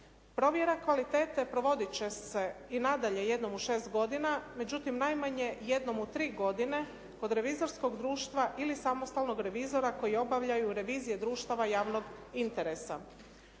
Provjera kvalitete provodit će se i nadalje jednom u šest godina, međutim najmanje jednom u tri godine od revizorskog društva ili samostalnog revizora koji obavljaju revizije društava javnog interesa.